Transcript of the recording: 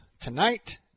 tonight